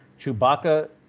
Chewbacca